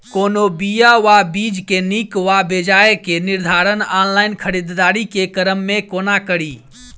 कोनों बीया वा बीज केँ नीक वा बेजाय केँ निर्धारण ऑनलाइन खरीददारी केँ क्रम मे कोना कड़ी?